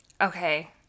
okay